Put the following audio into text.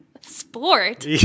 Sport